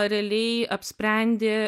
realiai apsprendė